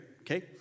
Okay